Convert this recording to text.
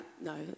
no